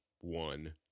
one